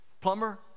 Plumber